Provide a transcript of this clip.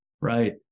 Right